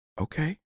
okay